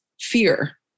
fear